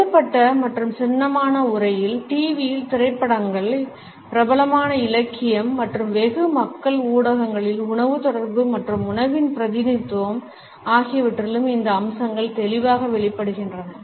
எழுதப்பட்ட மற்றும் சின்னமான உரையில் டிவியில் திரைப்படங்களில் பிரபலமான இலக்கியம் மற்றும் வெகு மக்கள் ஊடகங்களில் உணவு தொடர்பு மற்றும் உணவின் பிரதிநிதித்துவம் ஆகியவற்றிலும் இந்த அம்சங்கள் தெளிவாக வெளிப்படுகின்றன